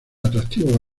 atractivos